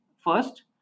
first